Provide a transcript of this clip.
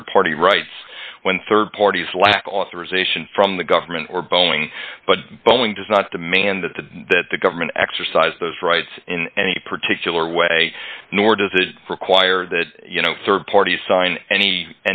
restrict rd party rights when rd parties lack authorization from the government or boeing but boeing does not demand that the that the government exercise those rights in any particular way nor does it require that you know rd parties sign any